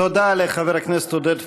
תודה לחבר הכנסת עודד פורר.